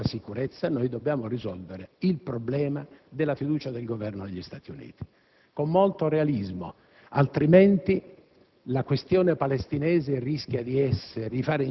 accanto al problema centrale della sua sicurezza, dobbiamo risolvere il problema della fiducia del Governo agli Stati Uniti. Ciò con molto realismo, altrimenti